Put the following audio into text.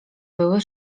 były